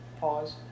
pause